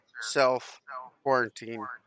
self-quarantine